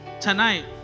tonight